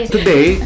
Today